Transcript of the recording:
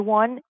one